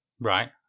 Right